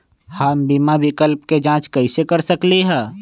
हम बीमा विकल्प के जाँच कैसे कर सकली ह?